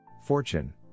Fortune